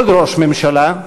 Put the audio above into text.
כל ראש ממשלה,